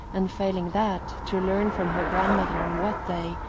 and failing that, to learn from her grandmother on what day,